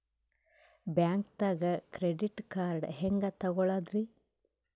ಬ್ಯಾಂಕ್ದಾಗ credit card ಹೆಂಗ್ ತಗೊಳದ್ರಿ?